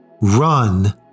Run